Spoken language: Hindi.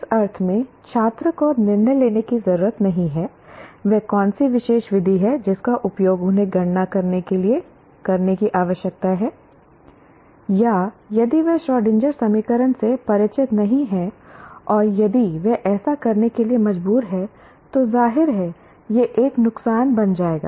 इस अर्थ में छात्र को निर्णय लेने की ज़रूरत नहीं है वह कौन सी विशेष विधि है जिसका उपयोग उन्हें गणना करने के लिए करने की आवश्यकता है या यदि वह श्रोडिंगर समीकरण से परिचित नहीं है और यदि वह ऐसा करने के लिए मजबूर है तो जाहिर है यह एक नुकसान बन जाएगा